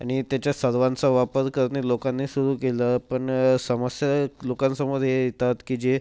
आणि त्याच्यात सर्वांचा वापर करणे लोकांनी सुरू केलं पण समस्या लोकांसमोर येतात की जे